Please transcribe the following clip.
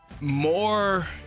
More